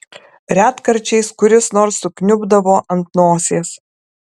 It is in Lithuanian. retkarčiais kuris nors sukniubdavo ant nosies